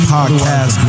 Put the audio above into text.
Podcast